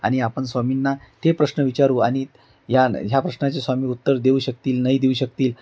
आणि आपण स्वामींना ते प्रश्न विचारू आणि ह्या ह्या प्रश्नाचे स्वामी उत्तर देऊ शकतील नाही देऊ शकतील